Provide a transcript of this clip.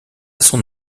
son